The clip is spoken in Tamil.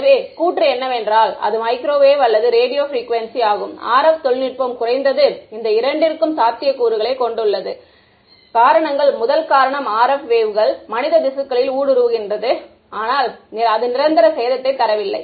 எனவே கூற்று என்னவென்றால் அது மைக்ரோவேவ் அல்லது ரேடியோ ப்ரிக்குவேன்சி ஆகும் RF தொழில்நுட்பம் குறைந்தது இந்த இரண்டிற்கும் சாத்தியக்கூறுகளைக் கொண்டுள்ளது காரணங்கள் முதல் காரணம் RF வேவ்கள் மனித திசுக்களில் ஊடுருவுகின்றது அனால் அது நிரந்தர சேதத்தை தரவில்லை